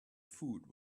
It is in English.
food